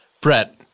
Brett